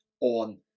on